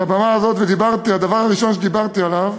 על הבמה הזאת, והדבר הראשון שדיברתי עליו